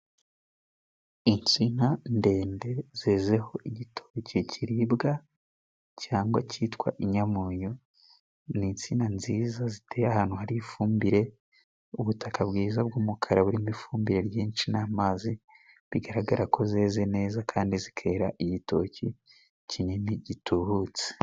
Insina ndende zezeho igitoki kiribwa cyangwa cyitwa inyamunyu, ni insina nziza ziteye ahantu hari ifumbire, ubutaka bwiza bw'umukara burimo ifumbire n'amazi, bigaragara ko zeze neza kandi ziKera igitoki kinini gitubutse.